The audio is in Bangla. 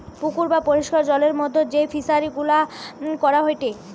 পুকুর বা পরিষ্কার জলের মধ্যে যেই ফিশারি গুলা করা হয়টে